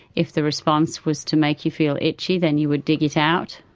if the response was to make you feel itchy then you would dig it out.